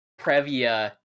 previa